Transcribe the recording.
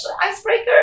icebreaker